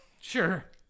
Sure